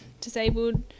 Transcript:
disabled